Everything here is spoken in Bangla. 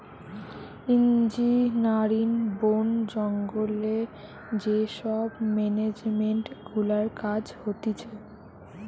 ইঞ্জিনারিং, বোন জঙ্গলে যে সব মেনেজমেন্ট গুলার কাজ হতিছে